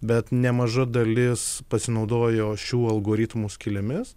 bet nemaža dalis pasinaudojo šių algoritmų skylėmis